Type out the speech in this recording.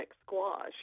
squash